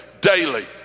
daily